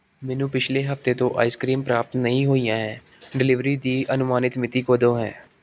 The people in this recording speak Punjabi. ਮੈਨੂੰ ਪਿਛਲੇ ਹਫ਼ਤੇ ਤੋਂ ਆਈਸਕਰੀਮ ਪ੍ਰਾਪਤ ਨਹੀਂ ਹੋਈਆਂ ਹੈ ਡਿਲੀਵਰੀ ਦੀ ਅਨੁਮਾਨਿਤ ਮਿਤੀ ਕਦੋਂ ਹੈ